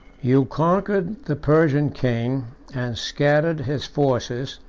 you conquered the persian king, and scattered his forces,